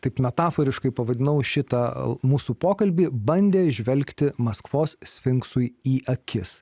taip metaforiškai pavadinau šitą mūsų pokalbį bandė žvelgti maskvos sfinksui į akis